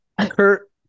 Kurt